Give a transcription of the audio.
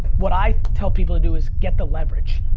what i tell people to do is get the leverage.